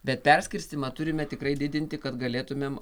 bet perskirstymą turime tikrai didinti kad galėtumėm